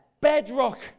bedrock